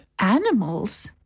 Animals